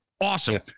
Awesome